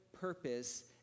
purpose